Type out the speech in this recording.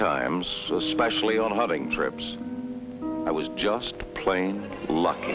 times especially on hunting trips i was just plain lucky